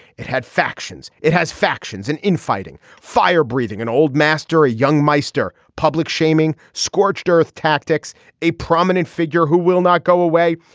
it had factions it has factions and infighting fire breathing an old master a young meister public shaming scorched earth tactics a prominent figure who will not go away.